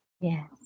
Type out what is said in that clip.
Yes